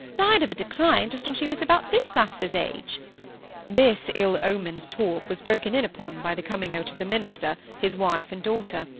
died of a decline just when she was about this lass's age this ill-omened talk was broken in upon by the coming out of the minister, his wife and daughter,